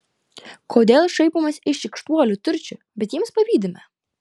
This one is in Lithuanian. kodėl šaipomės iš šykštuolių turčių bet jiems pavydime